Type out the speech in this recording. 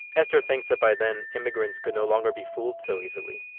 esther thinks that by then immigrants could no longer be fooled so easily.